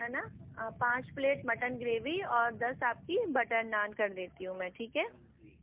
है ना पाँच प्लेट मटन ग्रेवी और दस आपकी बटर नान कर देती हूँ मैं ठीक है